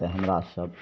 तेँ हमरासभ